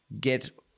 get